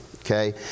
Okay